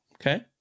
Okay